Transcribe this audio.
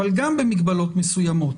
אבל גם במגבלות מסוימות.